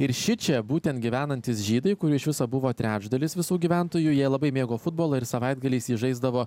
ir šičia būtent gyvenantys žydai kurių iš viso buvo trečdalis visų gyventojų jie labai mėgo futbolą ir savaitgaliais jį žaisdavo